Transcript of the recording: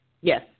Yes